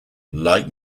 like